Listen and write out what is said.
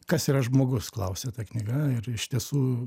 kas yra žmogus klausia ta knyga ir iš tiesų